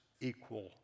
equal